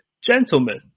Gentlemen